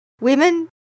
women